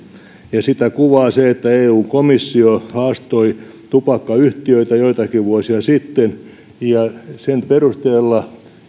sitä kuvaa se että eu komissio haastoi tupakkayhtiöitä joitakin vuosia sitten ja sen perusteella